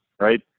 Right